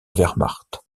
wehrmacht